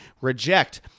reject